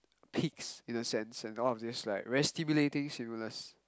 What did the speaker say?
peaks in a sense and all of this like very stimulating stimulus